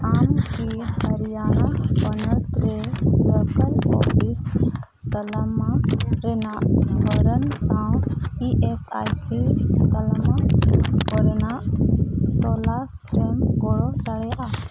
ᱟᱢᱠᱤ ᱦᱚᱨᱤᱭᱟᱱᱟ ᱯᱚᱱᱚᱛᱨᱮ local office ᱛᱟᱞᱢᱟ ᱨᱮᱱᱟᱜ ᱫᱷᱚᱨᱚᱱ ᱥᱟᱶ ᱤ ᱮᱥ ᱟᱭ ᱥᱤ ᱛᱟᱞᱢᱟ ᱠᱚᱨᱮᱱᱟᱜ ᱛᱚᱞᱟᱥ ᱨᱮᱢ ᱜᱚᱲᱚ ᱫᱟᱲᱮᱭᱟᱜᱼᱟ